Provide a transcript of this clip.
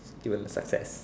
still in the success